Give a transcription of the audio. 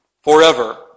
forever